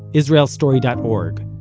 israelstory dot org,